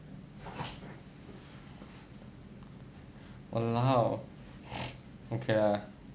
!walao! okay lah